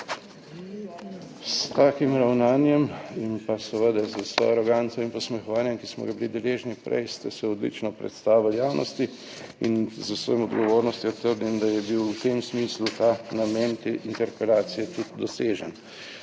S takim ravnanjem in pa seveda z vso aroganco in posmehovanjem, ki smo ga bili deležni prej, ste se odlično predstavili javnosti in z vso odgovornostjo trdim, da je bil v tem smislu ta namen te interpelacije tudi dosežen.